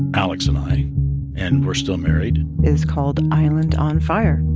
alex and i and we're still married. is called island on fire.